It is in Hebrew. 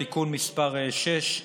(תיקון מס' 6),